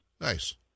nice